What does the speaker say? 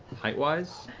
height-wise,